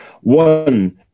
One